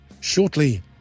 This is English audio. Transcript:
Shortly